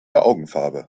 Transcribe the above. augenfarbe